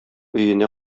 өенә